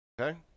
Okay